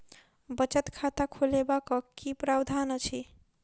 बचत खाता खोलेबाक की प्रावधान अछि?